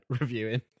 Reviewing